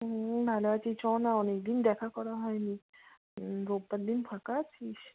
হুম ভালো আছি চল না অনেক দিন দেখা করা হয় নি রবিবার দিন ফাঁকা আছিস